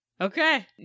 Okay